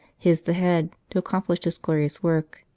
his the head, to accomplish this glorious work.